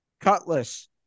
Cutlass